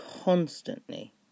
constantly